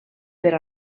per